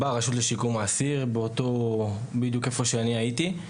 ברשות לשיקום האסיר, איפה שאני הייתי.